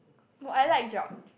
oh I like Geog